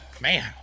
Man